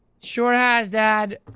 sure has, dad.